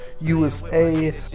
USA